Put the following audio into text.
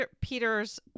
Peter's